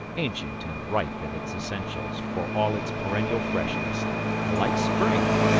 ancient and ripe in its essentials for all its perennial freshness like spring.